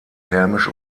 thermisch